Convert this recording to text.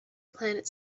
planet